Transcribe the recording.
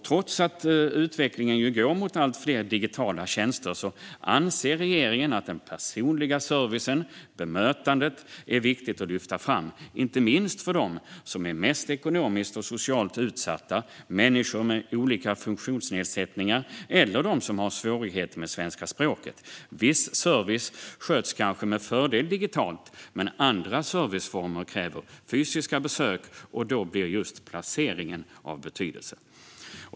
Trots att utvecklingen går mot allt fler digitala tjänster anser regeringen att den personliga servicen - bemötandet - är viktig att lyfta fram, inte minst för dem som är mest ekonomiskt och socialt utsatta, människor med olika funktionsnedsättningar eller människor som har svårigheter med svenska språket. Viss service sköts kanske med fördel digitalt, men andra serviceformer kräver fysiska besök, och då blir just placeringen av betydelse.